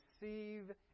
receive